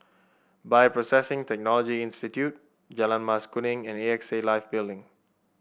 Bioprocessing Technology Institute Jalan Mas Kuning and A X A Life Building